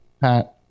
pat